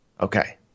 Okay